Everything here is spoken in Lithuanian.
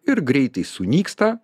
ir greitai sunyksta